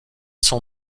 son